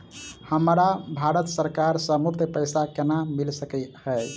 हमरा भारत सरकार सँ मुफ्त पैसा केना मिल सकै है?